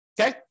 okay